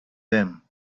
them